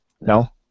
No